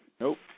Nope